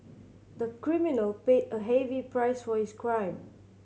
the criminal paid a heavy price for his crime